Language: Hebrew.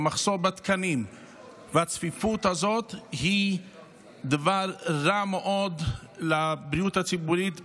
המחסור בתקנים והצפיפות הזאת הם דבר רע מאוד לבריאות הציבורית בישראל.